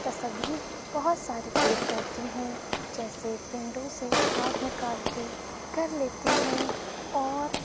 تصویر بہت ساری کلک کرتی ہوں جیسے ونڈو سے ہاتھ نکال کے کر لیتی ہوں اور